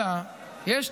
מה?